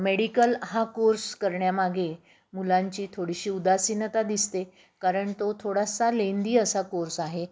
medical हा course करण्यामागे मुलांची थोडीशी उदासीनता दिसते कारण तो थोडासा लेंदी असा कोर्स आहे